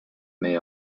may